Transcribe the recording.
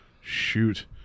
Shoot